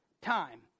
time